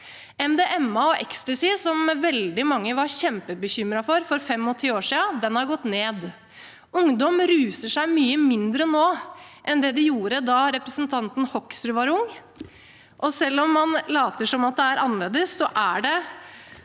MDMA og ecstasy, som veldig mange var kjempebekymret for for 25 år siden, har gått ned. Ungdom ruser seg mye mindre nå enn de gjorde da representanten Hoksrud var ung, og selv om man later som det er annerledes, er det